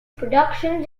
productions